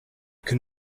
can